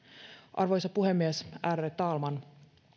arvoisa puhemies ärade talman